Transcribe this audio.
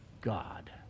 God